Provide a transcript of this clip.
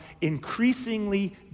increasingly